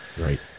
Right